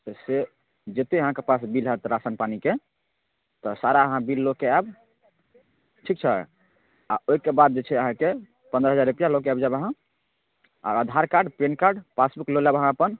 तऽ से जतेक अहाँके पास बिल हैत राशन पानीके तऽ सारा अहाँ बिल लऽ कऽ आएब ठीक छै आओर ओहिके बाद जे छै अहाँके पनरह हजार रुपैआ लऽ कऽ आबि जाएब अहाँ आओर Aadhaar card PAN card passbook लऽ लेब अहाँ अपन